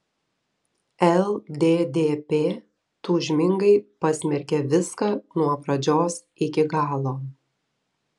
lddp tūžmingai pasmerkė viską nuo pradžios iki galo